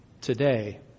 today